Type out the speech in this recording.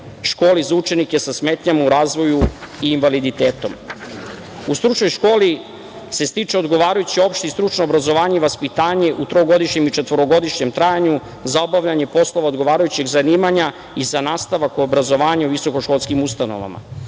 školi za učenike sa smetnjama u razvoju i invaliditetom.U stručnoj školi se stiče odgovarajuće opšte i stručno obrazovanje i vaspitanje u trogodišnjem i četvorogodišnjem trajanju za obavljanje poslova odgovarajućeg zanimanja i za nastavak obrazovanja u visokoškolskim ustanovama.